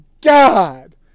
God